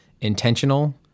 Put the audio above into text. intentional